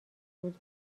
روز